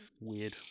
Weird